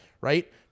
right